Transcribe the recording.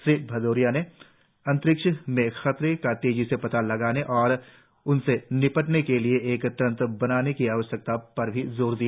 श्री भदौरिया ने अंतरिक्ष में खतरों का तेजी से पता लगाने और उनसे निपटने के लिए एक तंत्र बनाने की आवश्यकता पर ज़ोर दिया